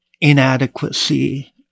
inadequacy